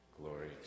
Glory